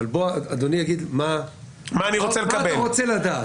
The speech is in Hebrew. אדוני יגיד: מה אתה רוצה לדעת?